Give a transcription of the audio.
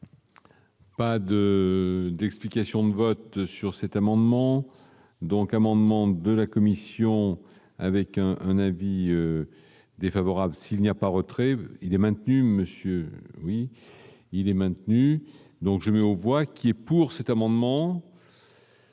Pas d'explication de vote sur cet amendement donc amendement de la commission avec un un avis défavorable s'il n'y a pas retrait il est maintenu, monsieur, oui il est maintenu, donc je vois qui est pour cet amendement.